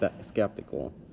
skeptical